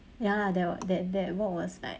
ya lah that w~ that that walk was like